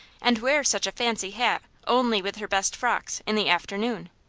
and wear such a fancy hat only with her best frocks, in the afternoon.